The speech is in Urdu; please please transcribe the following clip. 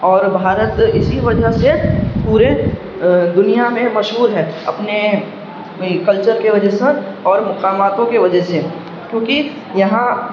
اور بھارت اسی وجہ سے پورے دنیا میں مشہور ہے اپنے کلچر کے وجہ سے اور مقامات کی وجہ سے کیونکہ یہاں